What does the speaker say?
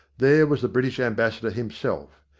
there was the british ambassador himself.